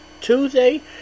Tuesday